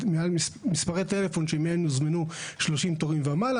מספרי טלפון שמהם הוזמנו 30 תורים ומעלה.